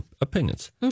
opinions